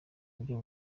ibyo